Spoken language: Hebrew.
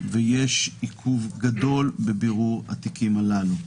ויש עיכוב גדול בבירור התיקים הללו.